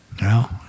No